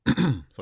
sorry